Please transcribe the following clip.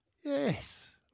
Yes